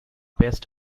best